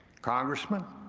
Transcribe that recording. congressman,